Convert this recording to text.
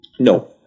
No